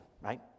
right